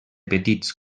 petits